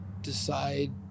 decide